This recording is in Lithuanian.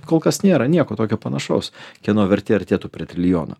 kol kas nėra nieko tokio panašaus kieno vertė artėtų prie trilijono